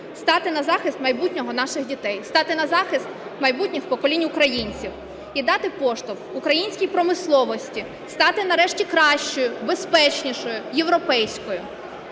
стати на захист майбутнього наших дітей, стати на захист майбутніх поколінь українців. І дати поштовх українській промисловості стати, нарешті, кращою, безпечнішою, європейською.